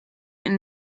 and